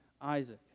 Isaac